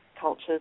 cultures